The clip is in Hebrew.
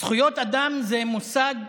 זכויות אדם זה מושג